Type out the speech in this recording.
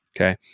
Okay